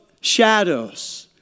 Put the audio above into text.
Shadows